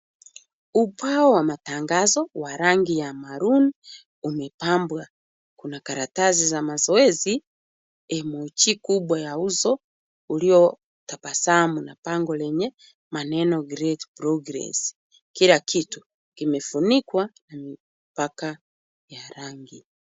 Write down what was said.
Ubao wa matangazo wa rangi ya maroon umepambwa, kuna karatasi za mazoezi, emoji kubwa ya uso uliotabasamu na bango lenye maneno great progress , kila kitu kimefunikwa mpaka ya rangi.